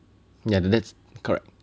yeah that's correct